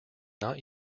not